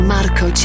Marco